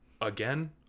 again